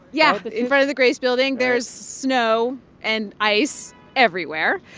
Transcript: yeah, but in front of the grace building. there's snow and ice everywhere.